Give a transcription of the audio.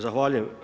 Zahvaljujem.